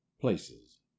places